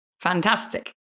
Fantastic